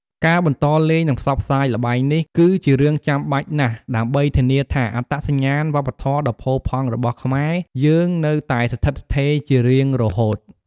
ការបន្តលេង និងផ្សព្វផ្សាយល្បែងនេះ គឺជារឿងចាំបាច់ណាស់ ដើម្បីធានាថា អត្តសញ្ញាណវប្បធម៌ដ៏ផូរផង់របស់ខ្មែរយើងនៅតែស្ថិតស្ថេរជារៀងរហូត។